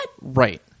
Right